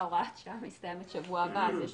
הוראת השעה מסתיימת בשבוע הבא אז יש